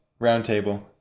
Roundtable